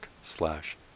slash